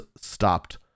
stopped